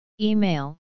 Email